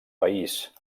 país